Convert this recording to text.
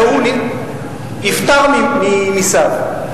והוא נפטר ממסיו.